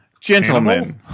Gentlemen